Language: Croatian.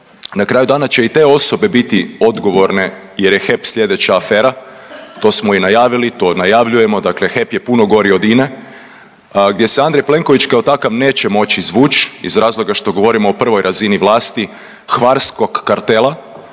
Na kraju dana će i te osobe biti odgovorne jer je HEP slijedeća afera, to smo i najavili, to najavljujemo, dakle HEP je puno gori od INE gdje se Andrej Plenković kao takav neće moći izvući iz razloga što govorimo o prvoj razini vlasti hvarskog kartela